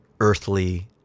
earthly